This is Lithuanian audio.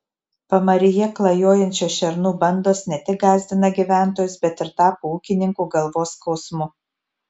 pamaryje klajojančios šernų bandos ne tik gąsdina gyventojus bet ir tapo ūkininkų galvos skausmu